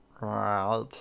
Right